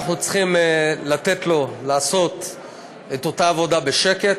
אנחנו צריכים לתת לו לעשות את אותה עבודה בשקט